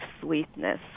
sweetness